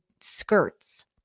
skirts